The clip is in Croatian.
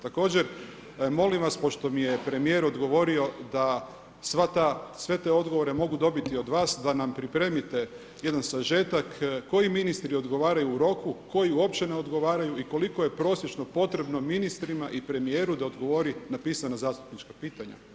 Također molim vas pošto mi je premijer odgovorio da sve te odgovore mogu dobiti od vas da nam pripremite jedan sažetak, koji ministri odgovaraju u roku, koji uopće ne odgovaraju i koliko je prosječno potrebno ministrima i premijeru da odgovori na pisana zastupnička pitanja?